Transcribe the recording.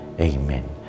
Amen